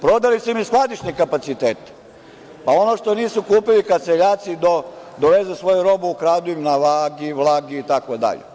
Prodali su im i skladišne kapacitete, pa ono što nisu kupili kad seljaci dovezu svoju robu ukradu im na vagi, vlagi, itd.